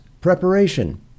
preparation